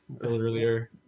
earlier